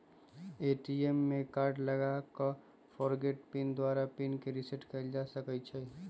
ATM में card लगा कऽ फ़ॉरगोट पिन द्वारा पिन के रिसेट कएल जा सकै छै